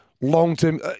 long-term –